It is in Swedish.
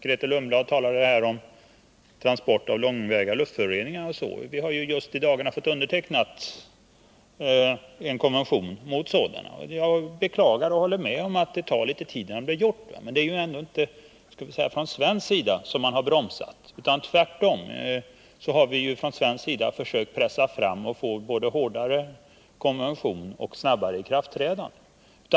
Grethe Lundblad talar här om transport av långväga luftföroreningar, och vi har just i dagarna fått en konvention mot sådana undertecknad. Jag beklagar och jag håller med om att det tar litet tid innan något blir gjort, men det är ändå inte från svensk sida som man har bromsat. Tvärtom har vi från svensk sida försökt pressa fram det hela för att få både en hårdare konvention och ett snabbare ikraftträdande.